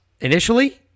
initially